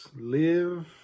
live